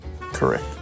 Correct